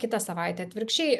kitą savaitę atvirkščiai